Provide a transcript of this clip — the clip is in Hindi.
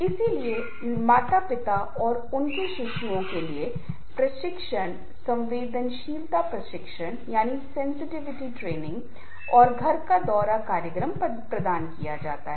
इसलिए नए माता पिता और उनके शिशुओं के लिए प्रशिक्षण संवेदनशीलता प्रशिक्षण और घर का दौरा कार्यक्रम प्रदान किया जा सकता है